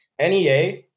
NEA